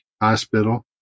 hospital